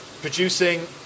producing